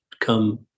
come